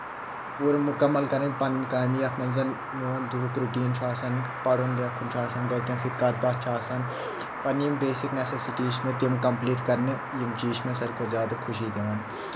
پوٗرٕ مُکمل کرٕنۍ پننہِ کامہِ یتھ منٛز زن میون دُہُک رُٹیٖن چھُ آسن پرُن لیکھُن چھُ آسان گرِکؠن سۭتۍ کَتھ باتھ چھُ آسان پنٕنہِ یِم بیسِک نیسیٹی چھِ مےٚ تِم کمپلیٖٹ کرنہٕ یِم چیٖز چھِ مےٚ ساروی کھۄتہٕ زیادٕ خوشی دِوان